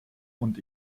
und